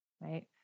right